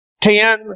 ten